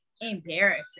embarrassing